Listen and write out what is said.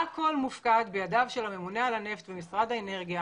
הכול מופקד בידיו של הממונה על הנפט במשרד האנרגיה